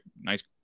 nice